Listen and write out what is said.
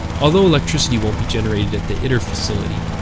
although electricity won't be generated at the iter facility,